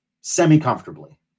semi-comfortably